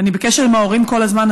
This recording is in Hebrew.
אני בקשר עם ההורים כל הזמן,